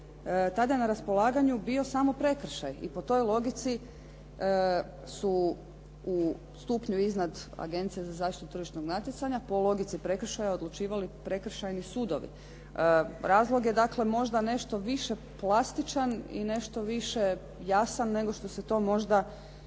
radio prvi zakon, bio samo prekršaj i po toj logici su u stupnju iznad, Agencija za zaštitu tržišnog natjecanja, po logici prekršaja odlučivali prekršajni sudovi. Razlog je dakle možda nešto više plastičan i nešto više jasan nego što se to možda